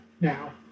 now